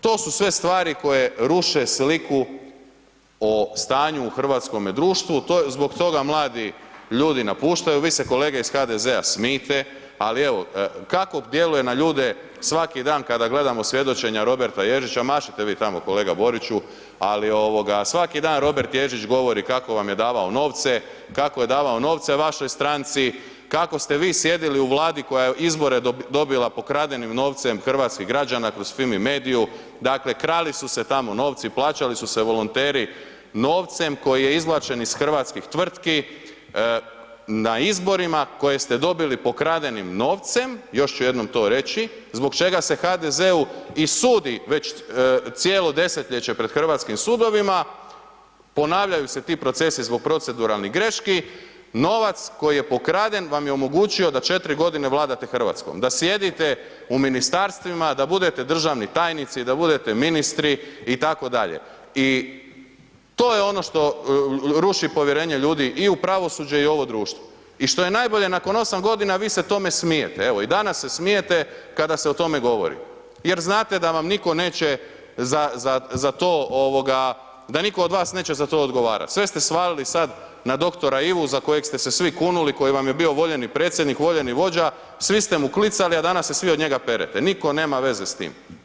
To su sve stvari koje ruše sliku o stanju u hrvatskome društvu, zbog toga mladi ljudi napuštaju, vi se kolege iz HDZ-a smijte, ali evo, kako djeluje na ljude svaki dan kada gledamo svjedočenja Roberta Ježića, mašite vi tamo kolega Boriću, svaki dan Robert Ježić govori kako vam je davao novce, kako je davao novce vašoj stranci, kako ste vi sjedili u Vladi koja je izbore dobila pokradenim novcem hrvatskih građana kroz Fimi mediju, dakle, krali su se tamo novci, plaćali su se volonteri novcem koji je izvlačen ih hrvatskih tvrtki, na izborima koje ste dobili pokradenim novcem, još ću jednom to reći, zbog čega se HDZ-u i sudi već cijelo desetljeće pred hrvatskim sudovima, ponavljaju se ti procesi zbog proceduralnih greški, novac koji je pokraden vam je omogućio da 4.g. vladate RH, da sjedite u ministarstvima, da budete državni tajnici, da budete ministri itd. i to je ono što ruši povjerenje ljudi i u pravosuđe i u ovo društvo i što je najbolje nakon 8.g. vi se tome smijete, evo i danas se smijete kada se o tome govori jer znate da vam nitko neće za to, da nitko od vas neće za to odgovarat, sve ste svalili sad na dr. Ivu za kojeg ste se svi kunuli, koji vam je bio voljeni predsjednik, voljeni vođa, svi ste mu klicali, a danas se svi od njega perete, nitko nema veze s tim.